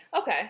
Okay